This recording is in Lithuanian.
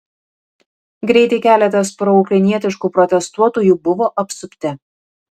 greitai keletas proukrainietiškų protestuotojų buvo apsupti